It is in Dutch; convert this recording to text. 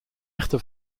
echte